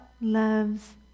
loves